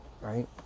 right